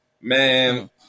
Man